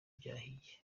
byahiye